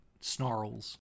snarls